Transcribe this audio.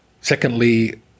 Secondly